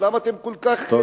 למה אתם כל כך,